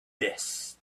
this